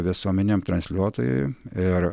visuomeniniam transliuotojui ir